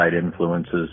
influences